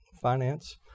finance